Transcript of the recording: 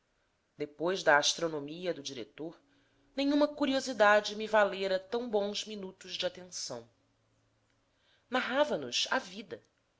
depois da astronomia do diretor nenhuma curiosidade me valera tão bons minutos de atenção narrava nos a vida